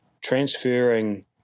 transferring